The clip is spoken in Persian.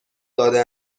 داده